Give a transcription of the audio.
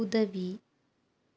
உதவி